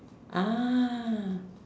ah